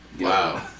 Wow